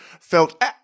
felt